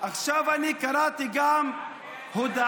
עכשיו אני קראתי גם הודעה.